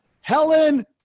Helen